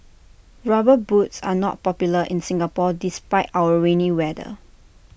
rubber boots are not popular in Singapore despite our rainy weather